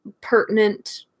pertinent